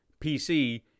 PC